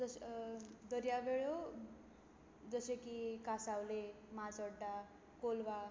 दर्यावेळो जशें की कांसावले माजोड्डा कोलवा